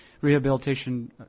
rehabilitation